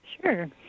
Sure